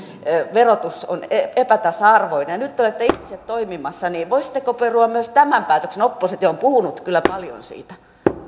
verotus on palkansaajien verotukseen nähden epätasa arvoinen nyt te olette itse toimimassa niin voisitteko perua myös tämän päätöksen oppositio on puhunut kyllä paljon siitä